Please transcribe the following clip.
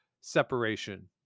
separation